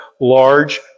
large